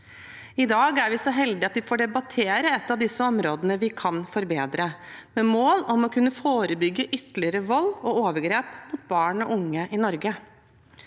I dag er vi så heldige at vi får debattere et av disse områdene vi kan forbedre, med mål om å kunne forebygge ytterligere vold og overgrep mot barn og unge i Norge.